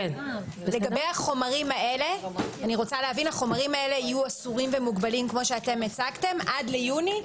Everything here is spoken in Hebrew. לגבי החומרים האלה הם יהיו אסורים ומוגבלים כפי שהצגתם עד יוני,